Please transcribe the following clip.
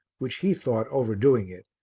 which he thought overdoing it,